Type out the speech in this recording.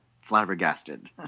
flabbergasted